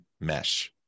mesh